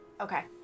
Okay